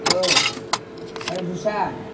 hello ଆରେ ଧୁଶା